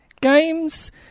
games